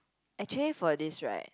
actually for this right